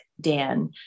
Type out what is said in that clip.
Dan